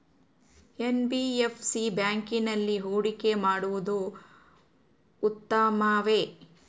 NBFC ಬ್ಯಾಂಕಿನಲ್ಲಿ ಹೂಡಿಕೆ ಮಾಡುವುದು ಉತ್ತಮವೆ?